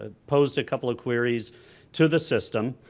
ah posed a couple of queries to the system,